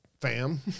fam